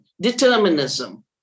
determinism